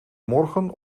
morgen